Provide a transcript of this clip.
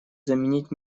заменить